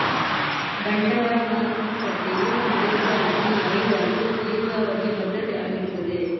ಬಂಡವಾಳ ಮಾರುಕಟ್ಟೆಯು ನಡೆಸುವ ಹೆಚ್ಚಿನ ವೈವಾಟು ದೀರ್ಘಾವಧಿಯ ಭದ್ರತೆ ಆಗಿರ್ತದೆ